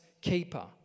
keeper